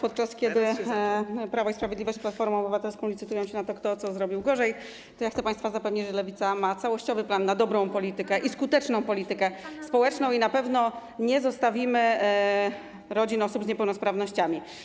Podczas kiedy Prawo i Sprawiedliwość z Platformą Obywatelską licytują się na to, kto co zrobił gorzej, ja chcę państwa zapewnić, że Lewica ma całościowy plan na dobrą i skuteczną politykę społeczną i na pewno nie zostawimy rodzin osób z niepełnosprawnościami.